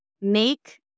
make